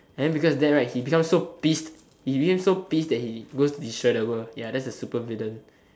then because of that he became so pissed he became so pissed that he goes to destroy the world ya that's a supervillain